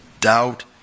doubt